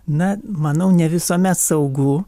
na manau ne visuomet saugu